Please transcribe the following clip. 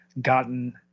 gotten